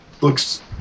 looks